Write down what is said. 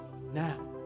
now